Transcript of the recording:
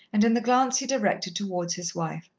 and in the glance he directed towards his wife.